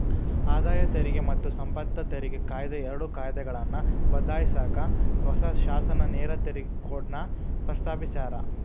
ಆದಾಯ ತೆರಿಗೆ ಮತ್ತ ಸಂಪತ್ತು ತೆರಿಗೆ ಕಾಯಿದೆ ಎರಡು ಕಾಯ್ದೆಗಳನ್ನ ಬದ್ಲಾಯ್ಸಕ ಹೊಸ ಶಾಸನ ನೇರ ತೆರಿಗೆ ಕೋಡ್ನ ಪ್ರಸ್ತಾಪಿಸ್ಯಾರ